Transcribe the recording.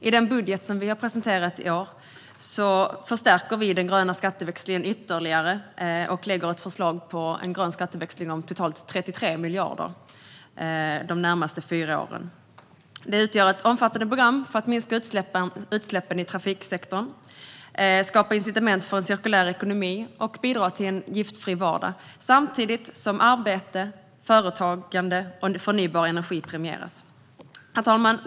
I den budget som vi har presenterat i år förstärker vi den gröna skatteväxlingen ytterligare och föreslår en grön skatteväxling om totalt 33 miljarder de närmaste fyra åren. Det utgör ett omfattande program för att minska utsläppen i trafiksektorn, skapa incitament för en cirkulär ekonomi och bidra till en giftfri vardag, samtidigt som arbete, företagande och förnybar energi premieras. Herr talman!